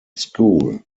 school